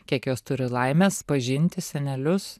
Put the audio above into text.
kiek jos turi laimės pažinti senelius